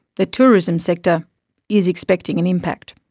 the tourism sector is expecting an impact.